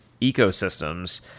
ecosystems